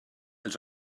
els